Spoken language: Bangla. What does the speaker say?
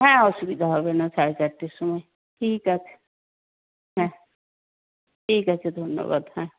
হ্যাঁ অসুবিধা হবে না সাড়ে চারটের সময় ঠিক আছে হ্যাঁ ঠিক আছে ধন্যবাদ হ্যাঁ